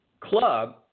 club